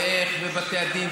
ואיך ובתי הדין,